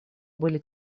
были